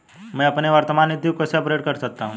मैं अपनी वर्तमान नीति को कैसे अपग्रेड कर सकता हूँ?